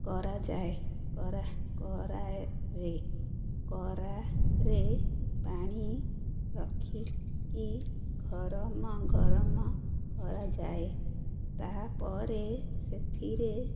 କରାଯାଏ କରା କରାରେ କରାରେ ପାଣି ରଖିକି ଘରମ ଗରମ କରାଯାଏ ତାପରେ ସେଥିରେ